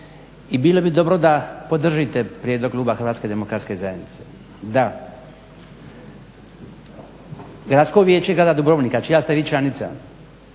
i bilo bi dobro da podržite prijedlog kluba HDZ-a. Da, Gradsko vijeće grada Dubrovnika čija ste vi članica